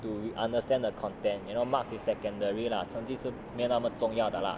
to understand the content you know marks is secondary lah 成绩是没那么重要的 lah